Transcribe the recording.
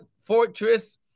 fortress